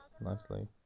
nicely